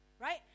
right